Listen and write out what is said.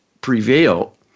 prevail